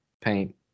paint